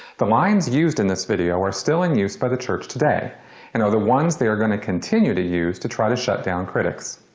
the lines used in this video are still in use by the church today and are the ones they are going to continue to use to try to shut down critics.